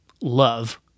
love